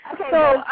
Okay